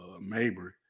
Mabry